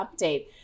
update